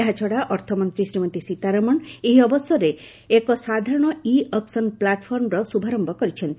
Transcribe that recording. ଏହାଛଡ଼ା ଅର୍ଥମନ୍ତ୍ରୀ ଶ୍ରୀମତୀ ସୀତାରମଣ ଏହି ଅବସରରେ ଏକ ସାଧାରଣ ଇ ଅକ୍ନନ ପ୍ଲାଟଫର୍ମର ଶୁଭାରମ୍ଭ କରିଛନ୍ତି